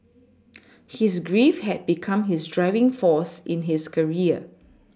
his grief had become his driving force in his career